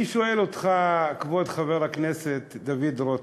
אני שואל אותך, כבוד חבר הכנסת דוד רותם,